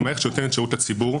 היא מערכת שנותנת שירות לציבור,